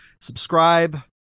subscribe